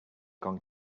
gone